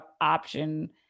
option